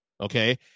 Okay